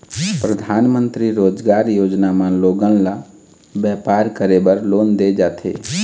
परधानमंतरी रोजगार योजना म लोगन ल बेपार करे बर लोन दे जाथे